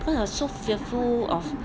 because I was so fearful of